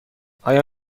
آیا